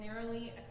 narrowly